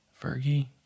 Fergie